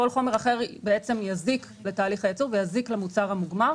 כל חומר אחר יזיק לתהליך הייצור ולמוצר המוגמר,